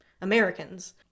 Americans